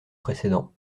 précédent